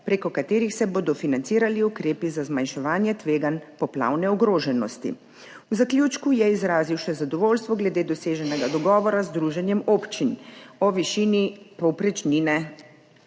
preko katerih se bodo financirali ukrepi za zmanjševanje tveganj poplavne ogroženosti. V zaključku je izrazil še zadovoljstvo glede doseženega dogovora z Združenjem občin o višini povprečnine.